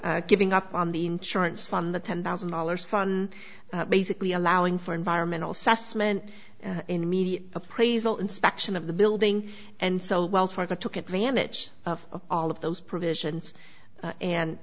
giving up on the insurance fund the ten thousand dollars on basically allowing for environmental assessment in media appraisal inspection of the building and so wells fargo took advantage of all of those provisions and